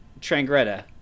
Trangreta